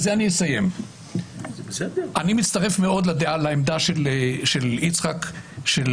אני מצטרף מאוד לעמדה של יצחק על